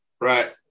Right